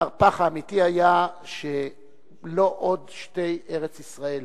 המהפך האמיתי היה שלא עוד שתי ארץ-ישראל.